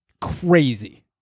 Crazy